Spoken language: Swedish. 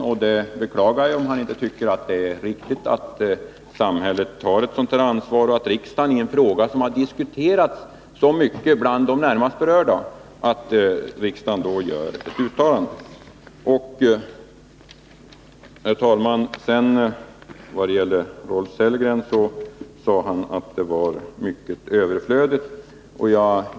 Jag beklagar om han inte tycker att det är riktigt att samhället tar ett ansvar och att riksdagen bör göra ett uttalande i en fråga som har diskuterats så mycket bland de närmast berörda. Herr talman! Rolf Sellgren sade att det var mycket överflödigt med ett uttalande av riksdagen.